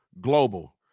Global